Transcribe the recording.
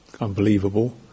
unbelievable